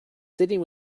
sitting